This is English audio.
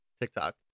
TikTok